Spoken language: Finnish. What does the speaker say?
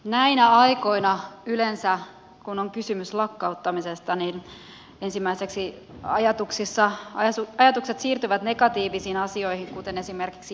näinä aikoina yleensä kun on kysymys lakkauttamisesta ensimmäiseksi ajatukset siirtyvät negatiivisiin asioihin kuten esimerkiksi irtisanomisiin